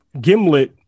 Gimlet